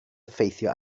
effeithio